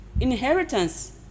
inheritance